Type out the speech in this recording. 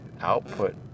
output